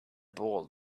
ball